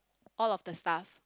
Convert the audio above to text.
all of the stuff